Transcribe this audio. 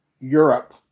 Europe